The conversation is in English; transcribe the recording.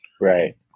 Right